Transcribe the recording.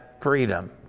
freedom